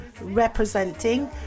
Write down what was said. representing